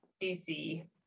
DC